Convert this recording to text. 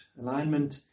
Alignment